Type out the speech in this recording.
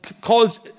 calls